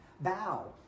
bow